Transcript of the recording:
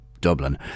Dublin